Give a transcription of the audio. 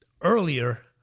earlier